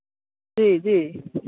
जी जी